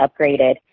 upgraded